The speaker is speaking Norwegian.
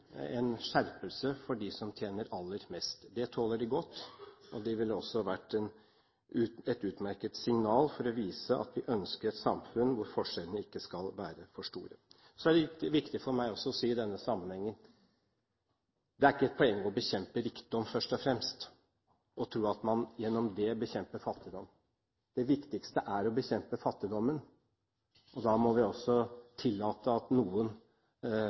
skjerpelse for dem som tjener aller mest. Det tåler de godt, og det er et utmerket signal for å vise at vi ønsker et samfunn hvor forskjellene ikke skal være for store. Det er viktig for meg å si i denne sammenhengen: Det er ikke et poeng å bekjempe rikdom, først og fremst, og tro at man gjennom det bekjemper fattigdom. Det viktige er å bekjempe fattigdommen. Da må vi tillate at noen